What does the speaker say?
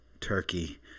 turkey